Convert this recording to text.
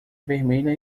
vermelha